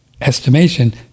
estimation